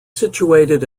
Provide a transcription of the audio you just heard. situated